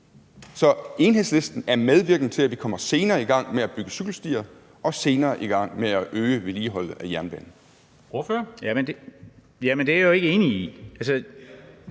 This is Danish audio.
Så Enhedslisten er medvirkende til, at vi kommer senere i gang med at bygge cykelstier og senere i gang med at øge vedligeholdet af jernbanen.